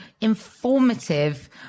informative